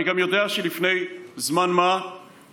אני גם יודע שלפני זמן מה קבעתם